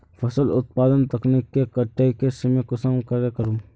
फसल उत्पादन तकनीक के कटाई के समय कुंसम करे करूम?